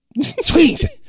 sweet